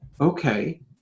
Okay